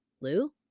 Lou